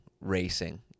racing